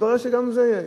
מתברר שגם זה יש.